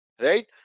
right